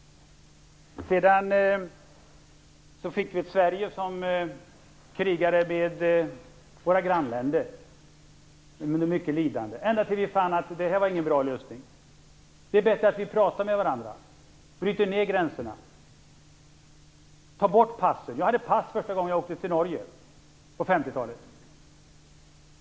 Sedan fick vi ett Sverige som krigade med sina grannländer under mycket lidande, ända tills vi fann att det inte var en bra lösning. Vi tyckte att det var bättre att prata med varandra, bryta ned gränserna och ta bort passen. Jag hade pass första gången jag åkte till Norge på 50-talet.